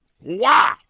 Wow